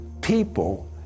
People